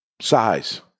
Size